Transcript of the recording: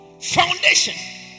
Foundation